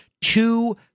two